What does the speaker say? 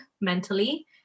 mentally